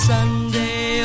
Sunday